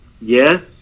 Yes